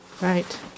Right